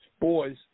boys